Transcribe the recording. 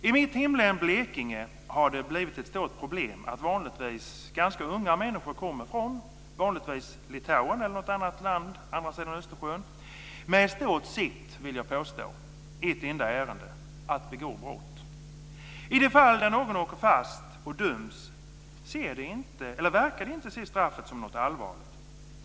I mitt hemlän, Blekinge, har det blivit ett stort problem att, vanligtvis, unga människor kommer från t.ex. Litauen eller något annat land på andra sidan Östersjön med i stort sett ett enda ärende, nämligen att begå brott. I de fall där någon åker fast och döms verkar man inte se straffet som något allvarligt.